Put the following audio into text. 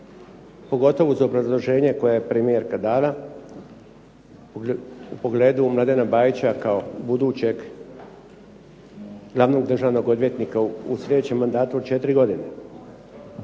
pogotovo uz obrazloženje koje je premijerka dala u pogledu Mladena Bajića kao budućeg glavnog državnog odvjetnika u sljedećem mandatu od četiri godine.